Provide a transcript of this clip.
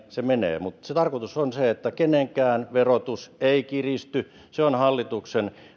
se menee mutta tarkoitus on se että kenenkään verotus ei kiristy se on ollut hallituksen